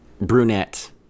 brunette